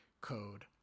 Code